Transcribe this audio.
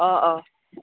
অঁ অঁ